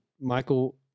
Michael